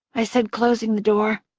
i said, closing the door.